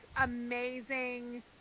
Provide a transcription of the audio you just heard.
amazing